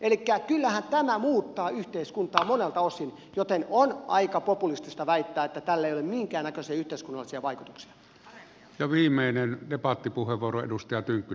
elikkä kyllähän tämä muuttaa yhteiskuntaa monelta osin joten on aika populistista väittää että tällä ei ole minkäännäköisiä yhteiskunnallisia vaikutuksia